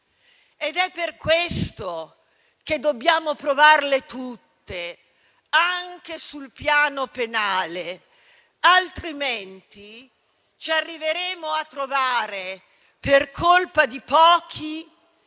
ed è per questo che dobbiamo provarle tutte anche sul piano penale, altrimenti ci verremo a trovare per colpa di pochi